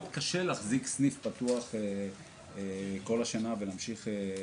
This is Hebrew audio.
קשה להחזיק סניף פתוח כל השנה ולהמשיך